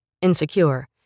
Insecure